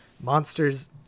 monsters